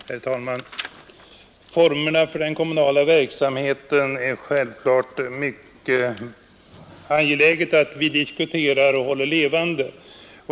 Herr talman! Formerna för den kommunala verksamheten är det självfallet mycket angeläget att vi diskuterar och håller levande.